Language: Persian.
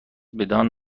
بدان